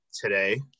today